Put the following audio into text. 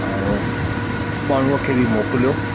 माण्हूअ खे मोकिलियो